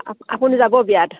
আপুনি যাব বিয়াত